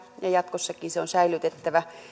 ja jatkossakin ne on säilytettävä